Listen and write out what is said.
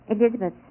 Elizabeth